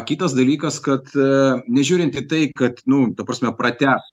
kitas dalykas kad e nežiūrint į tai kad nu ta prasme pratę